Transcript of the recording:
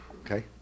Okay